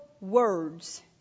words